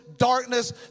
darkness